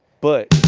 but.